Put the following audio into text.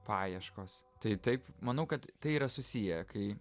paieškos tai taip manau kad tai yra susiję kai